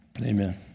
Amen